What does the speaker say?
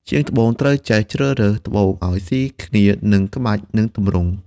ជាងដាំត្បូងត្រូវចេះជ្រើសរើសត្បូងឲ្យស៊ីគ្នានឹងក្បាច់ និងទម្រង់។